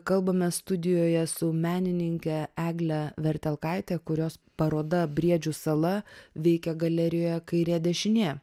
kalbame studijoje su menininke egle vertelkaite kurios paroda briedžių sala veikia galerijoje kairė dešinė